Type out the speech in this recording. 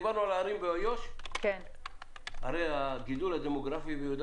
דיברנו על ערים באיו"ש הרי הגידול הדמוגרפי ביהודה